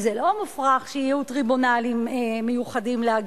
זה לא שאין טריבונלים משפטיים לענייני